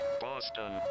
Boston